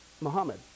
Muhammad